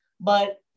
but-